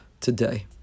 today